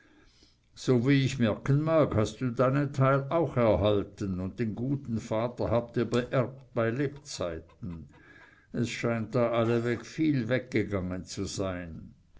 so wie ich merken mag hast du deinen teil auch erhalten und den guten vater habt ihr beerbt bei lebzeiten es scheint da allweg viel weggegangen zu sein